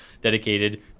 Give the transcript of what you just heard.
dedicated